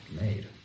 made